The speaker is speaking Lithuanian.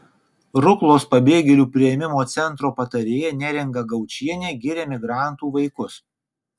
ruklos pabėgėlių priėmimo centro patarėja neringa gaučienė giria migrantų vaikus